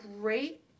great